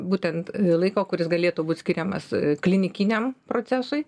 būtent laiko kuris galėtų būt skiriamas klinikiniam procesui